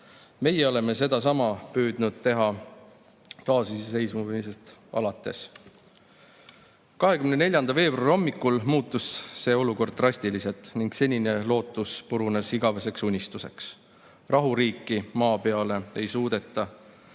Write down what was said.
Meie oleme sedasama püüdnud teha taasiseseisvumisest alates. 24. veebruari hommikul muutus see olukord drastiliselt ning senine lootus purunes igaveseks unistuseks. Rahuriiki maa peale ei suudeta